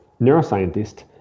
neuroscientist